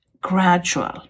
gradual